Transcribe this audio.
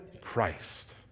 Christ